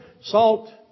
salt